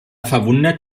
verwundert